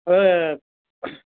ஆ